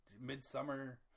midsummer